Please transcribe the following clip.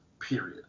period